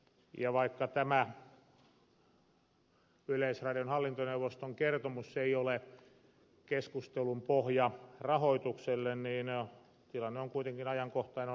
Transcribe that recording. ja vaikka tämä yleisradion hallintoneuvoston kertomus ei ole keskustelun pohja rahoitukselle niin tilanne on kuitenkin ajankohtainen